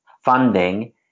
funding